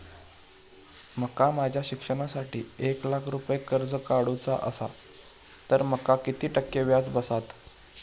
माका माझ्या शिक्षणासाठी एक लाख रुपये कर्ज काढू चा असा तर माका किती टक्के व्याज बसात?